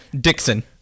Dixon